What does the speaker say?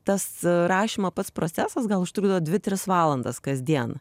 tas rašymo pats procesas gal užtrukdavo dvi tris valandas kasdien